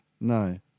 No